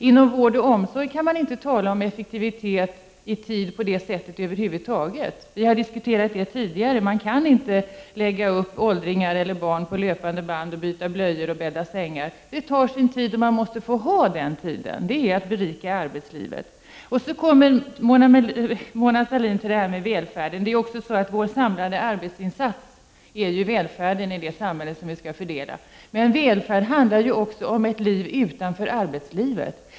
Inom vård och omsorg kan man inte tala om effektivitet på det sättet över huvud taget. Vi har redan tidigare diskuterat detta. Man kan inte lägga upp åldringar och barn på löpande band och byta blöjor och bädda sängar. Detta arbete tar sin tid och måste få göra det. Det är att berika arbetslivet. Sedan tog Mona Sahlin upp välfärden. Vår samlade arbetsinsats ger ju välfärden i det samhälle där vi skall fördela. Men välfärd handlar ju också om ett liv utanför arbetslivet.